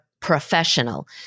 professional